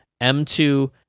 M2